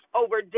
over